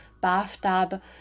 bathtub